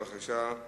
אגבאריה, בבקשה.